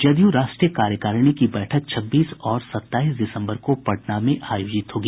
जदयू राष्ट्रीय कार्यकारिणी की बैठक छब्बीस और सत्ताईस दिसम्बर को पटना में आयोजित होगी